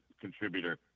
contributor